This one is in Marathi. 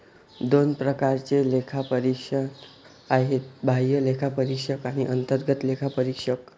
दोन प्रकारचे लेखापरीक्षक आहेत, बाह्य लेखापरीक्षक आणि अंतर्गत लेखापरीक्षक